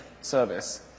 service